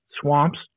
swamps